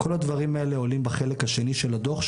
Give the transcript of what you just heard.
כל הדברים האלה עולים בחלק השני של הדוח,